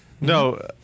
No